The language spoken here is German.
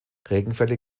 regenfälle